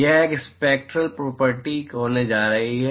यह एक spectral property होने जा रही है